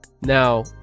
Now